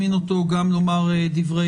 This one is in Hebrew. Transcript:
מודעים